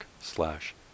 slash